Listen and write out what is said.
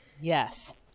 Yes